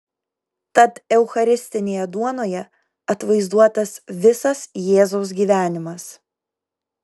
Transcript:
tad eucharistinėje duonoje atvaizduotas visas jėzaus gyvenimas